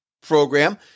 program